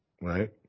right